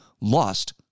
lost